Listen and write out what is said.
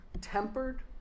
tempered